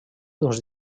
uns